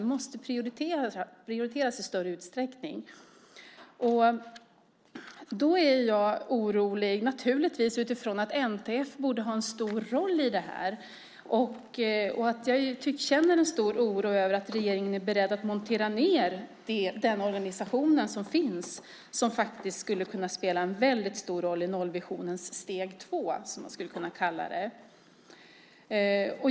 Det måste prioriteras i större utsträckning. NTF borde ha en stor roll i det här. Jag känner en stor oro över att regeringen är beredd att montera ned den organisation som faktiskt skulle kunna spela en väldigt stor roll i nollvisionens steg två, som man skulle kunna kalla det.